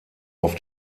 auf